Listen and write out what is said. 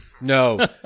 No